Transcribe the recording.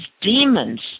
demons